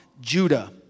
Judah